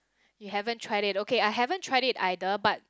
you haven't tried it okay I haven't tried it either but